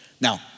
Now